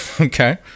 Okay